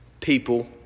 people